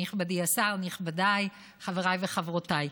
נכבדי השר, נכבדיי, חבריי וחברותיי,